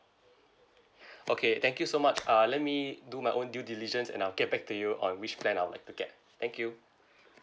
okay thank you so much uh let me do my own due diligence and I'll get back to you on which plan I'll like to get thank you